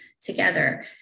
together